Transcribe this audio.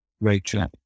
Rachel